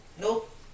Nope